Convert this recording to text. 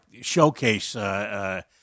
showcase